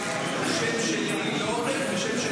אני אתן לך דוגמה איך השם שלי לא עובר ושם של אחר עובר.